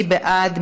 מי בעד?